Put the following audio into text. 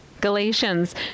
Galatians